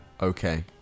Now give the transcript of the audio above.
Okay